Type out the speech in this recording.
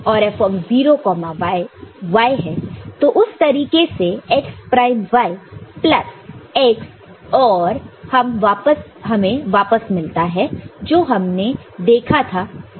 तो उस तरीके से x prime y plus x और हमें वापस मिलता है जो हमने देखा था x plus x prime y